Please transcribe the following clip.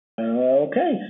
Okay